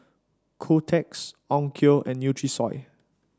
Kotex Onkyo and Nutrisoy